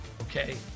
okay